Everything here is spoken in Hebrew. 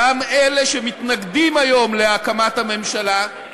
גם אלה שמתנגדים היום להקמת הממשלה,